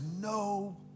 no